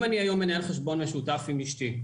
אם אני היום מנהל חשבון משותף עם אשתי,